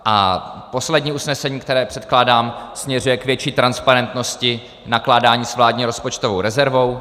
A poslední usnesení, které předkládám, směřuje k větší transparentnosti nakládání s vládní rozpočtovou rezervou.